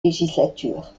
législature